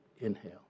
inhale